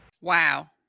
Wow